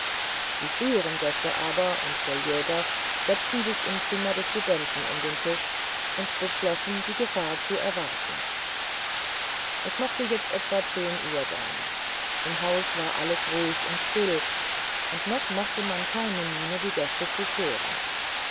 die früheren gäste aber und der jäger setzten sich im zimmer des studenten um den tisch und beschlossen die gefahr zu erwarten es mochte jetzt etwa zehn uhr sein im hause war alles ruhig und still und noch machte man keine miene die gäste zu stören